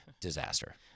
disaster